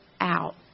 out